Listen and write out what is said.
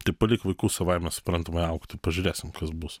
tai palik vaikus savaime suprantamai augti pažiūrėsim kas bus